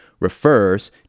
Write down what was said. refers